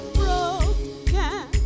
broken